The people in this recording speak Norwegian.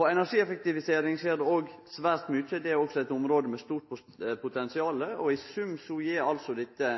energieffektivisering skjer det òg svært mykje. Det er også eit område med stort potensial. I sum gir dette